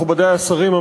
מכובדי השרים,